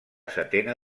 setena